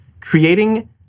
creating